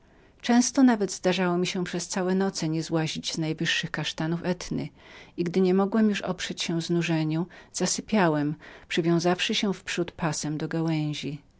często nawet zdarzało mi się przez całe noce nie złazić z najwyższych kasztanów etny i gdy niemogłem już oprzeć się znużeniu zasypiałem przywiązawszy się wprzódy pasem do gałęzi